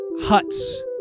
huts